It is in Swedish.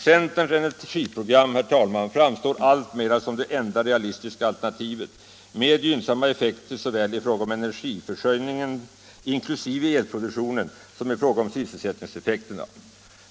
Centerns energiprogram, herr talman, framstår alltmera som det enda realistiska alternativet med gynnsamma effekter såväl i fråga om energiförsörjningen inklusive elproduktionen som i fråga om sysselsättningseffekterna.